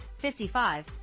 55